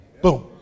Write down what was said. Boom